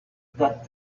that